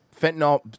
Fentanyl